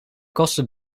kosten